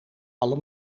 alle